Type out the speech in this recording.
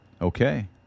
okay